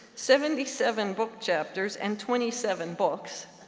seventy seven book chapters, and twenty seven books,